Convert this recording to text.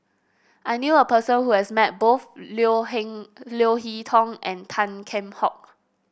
I knew a person who has met both Leo Leo Hee Tong and Tan Kheam Hock